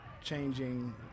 changing